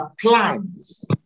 plans